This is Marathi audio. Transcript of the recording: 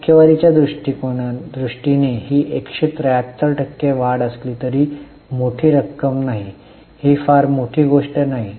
टक्केवारी च्या दृष्टीने ही 173 टक्के वाढ असली तरी ती मोठी रक्कम नाही ही फार मोठी गोष्ट नाही